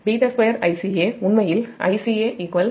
640 உங்கள் β2Icaβ2Ica உண்மையில் Ica 138